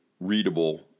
readable